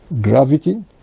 gravity